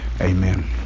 Amen